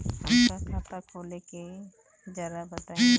हमका खाता खोले के बा जरा बताई?